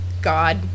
God